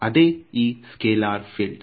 ಅದೇ ಈ scalar field